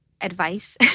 advice